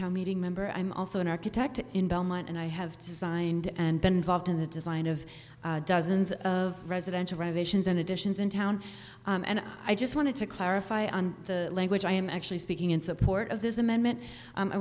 town meeting member i'm also an architect in belmont and i have signed and been involved in the design of dozens of residential renovations and additions in town and i just wanted to clarify on the language i am actually speaking in support of this amendment